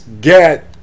get